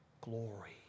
glory